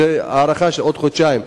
זו הארכה של חודשיים.